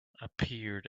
appeared